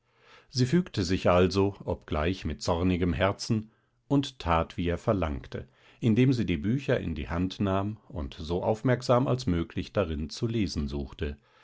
sie fügte sich also obgleich mit zornigem herzen und tat wie er verlangte indem sie die bücher in die hand nahm und so aufmerksam als möglich darin zu lesen suchte